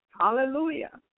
Hallelujah